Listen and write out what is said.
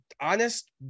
honest